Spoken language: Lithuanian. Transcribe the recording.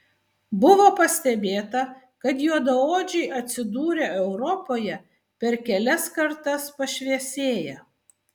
buvo pastebėta kad juodaodžiai atsidūrę europoje per kelias kartas pašviesėja